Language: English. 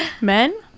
Men